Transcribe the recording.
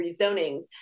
rezonings